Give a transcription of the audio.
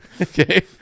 Okay